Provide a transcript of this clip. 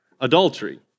adultery